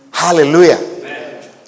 Hallelujah